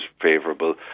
favourable